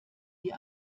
die